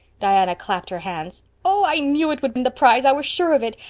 diana clapped her hands. oh, i knew it would win the prize i was sure of it.